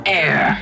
air